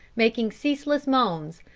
making ceaseless moans.